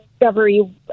discovery